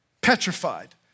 petrified